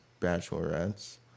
bachelorettes